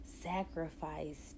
sacrificed